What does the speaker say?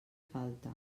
falta